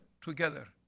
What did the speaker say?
together